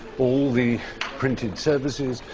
all the printed services.